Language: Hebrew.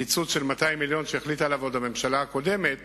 קיצוץ של 200 מיליון שקל שהממשלה הקודמת